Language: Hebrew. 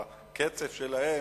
בקצב שלהם,